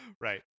Right